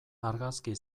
argazki